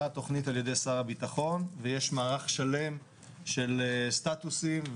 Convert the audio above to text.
התוכנית על ידי שר הביטחון ויש מערך שלם של סטטוסים.